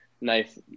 nice